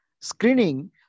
Screening